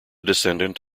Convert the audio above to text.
descendant